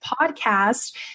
podcast